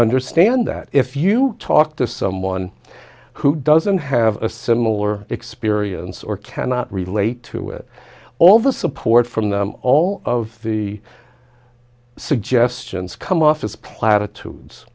understand that if you talk to someone who doesn't have a similar experience or cannot relate to it all the support from all of the suggestions come off as platitudes